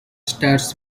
stars